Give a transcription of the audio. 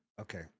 okay